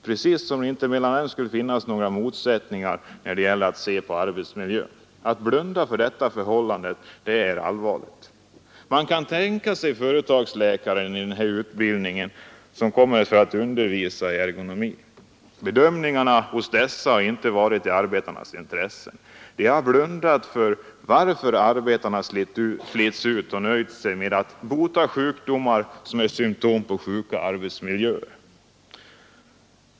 Precis som om det inte mellan dem skulle finnas någon motsättning när det gäller att se på arbetsmiljön. Att blunda för detta förhållande är allvarligt. Man kan tänka sig att företagsläkarna i denna utbildning kommer att undervisa i ergonomi. Deras bedömning har inte varit i arbetarnas intresse. De har blundat för orsaken till att arbetarna slits ut, och de har nöjt sig med att bota sjukdomar som är symtom på sjuka arbetsmiljöer.